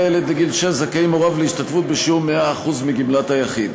הילד לגיל שש זכאים הוריו להשתתפות בשיעור 100% של גמלת היחיד.